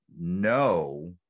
no